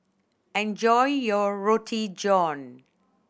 enjoy your Roti John